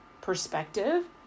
perspective